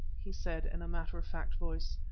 he said in a matter-of-fact voice.